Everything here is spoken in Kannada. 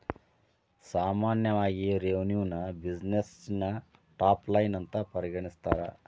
ಸಾಮಾನ್ಯವಾಗಿ ರೆವೆನ್ಯುನ ಬ್ಯುಸಿನೆಸ್ಸಿನ ಟಾಪ್ ಲೈನ್ ಅಂತ ಪರಿಗಣಿಸ್ತಾರ?